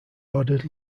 ordered